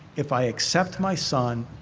if i accept my son,